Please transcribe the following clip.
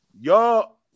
y'all